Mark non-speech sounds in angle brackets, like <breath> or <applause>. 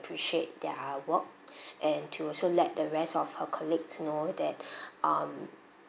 appreciate their work and to also let the rest of her colleagues know that <breath> um